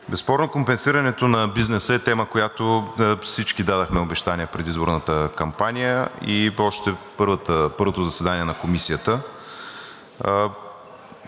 Безспорно компенсирането на бизнеса е тема, по която всички дадохме обещания в предизборната кампания. Още на първото заседание на Комисията